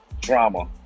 drama